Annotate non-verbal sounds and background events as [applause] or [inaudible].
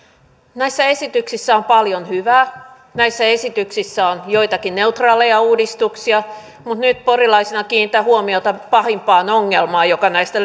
näissä esityksissä on paljon hyvää näissä esityksissä on joitakin neutraaleja uudistuksia mutta nyt porilaisena kiinnitän huomiota pahimpaan ongelmaan joka näistä [unintelligible]